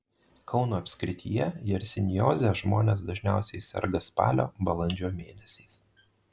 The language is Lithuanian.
kauno apskrityje jersinioze žmonės dažniausiai serga spalio balandžio mėnesiais